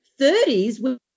30s